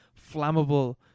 flammable